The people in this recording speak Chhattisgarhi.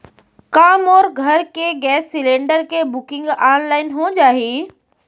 का मोर घर के गैस सिलेंडर के बुकिंग ऑनलाइन हो जाही?